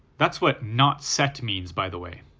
that's what not set means by the way.